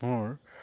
মোৰ